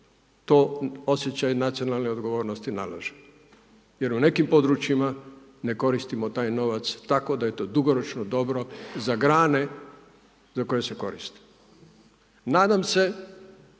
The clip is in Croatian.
to osjećaj nacionalne odgovornosti nalaže jer u nekim područjima ne koristimo taj novac tako da je to dugoročno dobro za grane za koje se koristi. Nadam se